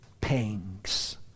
pangs